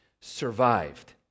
survived